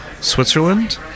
Switzerland